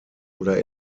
oder